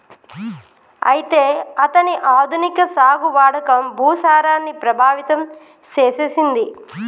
అయితే అతని ఆధునిక సాగు వాడకం భూసారాన్ని ప్రభావితం సేసెసింది